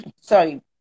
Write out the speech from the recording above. Sorry